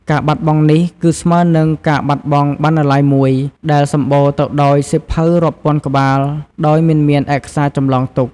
ការបាត់បង់នេះ គឺស្មើនឹងការបាត់បង់បណ្ណាល័យមួយ ដែលសម្បូរទៅដោយសៀវភៅរាប់ពាន់ក្បាល ដោយមិនមានឯកសារចម្លងទុក។